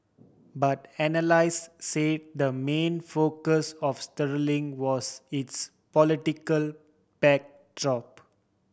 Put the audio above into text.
but analyst say the main focus of sterling was its political backdrop